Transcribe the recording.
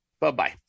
Bye-bye